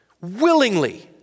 willingly